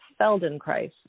Feldenkrais